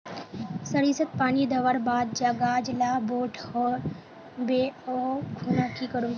सरिसत पानी दवर बात गाज ला बोट है होबे ओ खुना की करूम?